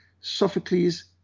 Sophocles